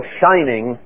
shining